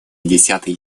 десятой